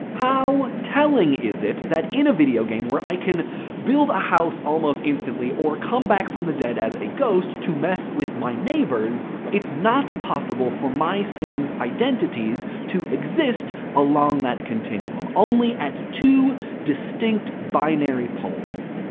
how telling is it that in a video game where i can build a house almost instantly or come back from the dead as a ghost to mess with my neighbors, it's not possible for my sims' identities to exist along that continuum, only at two distinct binary poles.